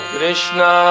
Krishna